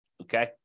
okay